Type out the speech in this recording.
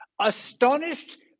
astonished